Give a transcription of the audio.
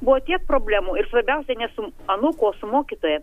buvo tiek problemų ir svarbiausia ne su anūku o su mokytoja